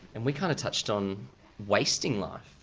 and we kind of touched on wasting life,